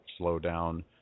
slowdown